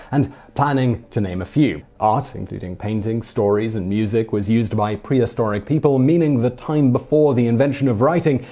and planning, to name a few. art, including paintings, stories, and music, were used by prehistorical people, meaning the time before the invention of writing,